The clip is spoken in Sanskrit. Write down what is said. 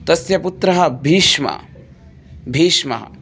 तस्य पुत्रः भीष्मः भीष्मः